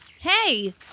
Hey